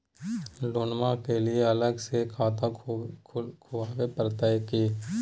लोनमा के लिए अलग से खाता खुवाबे प्रतय की?